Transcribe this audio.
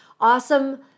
awesome